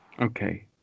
Okay